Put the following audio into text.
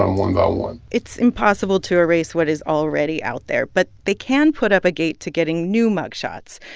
um one by one it's impossible to erase what is already out there, but they can put up a gate to getting new mug shots.